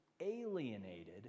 alienated